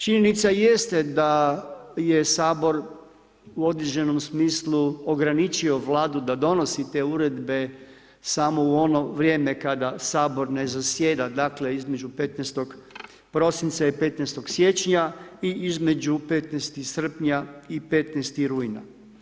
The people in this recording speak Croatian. Činjenica jeste da je Sabor u određenom smislu ograničio Vladu da donosi te uredbe samo u ono vrijeme kada Sabor ne zasjeda dakle između 15. prosinca i 15. siječnja i između 15. srpnja i 15. rujna.